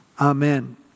Amen